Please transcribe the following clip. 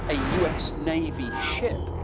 ah u s. navy ship,